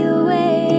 away